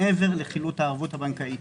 מעבר לחילוט הערבות הבנקאית,